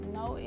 no